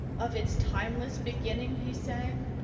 of its timeless beginning he sang,